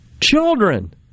Children